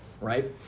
right